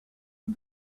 and